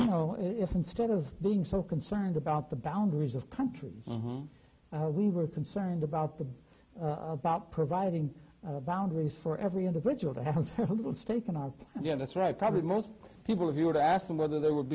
you know if instead of being so concerned about the boundaries of country home we were concerned about the about providing boundaries for every individual to have a little stake in our yeah that's right probably most people if you were to ask them whether they would